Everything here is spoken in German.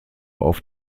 auf